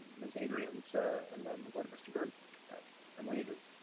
um is adrian said and then we'll go to mr. but and and waiters.